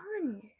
fun